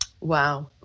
wow